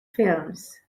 films